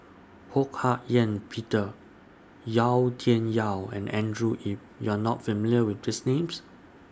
Ho Hak Ean Peter Yau Tian Yau and Andrew Yip YOU Are not familiar with These Names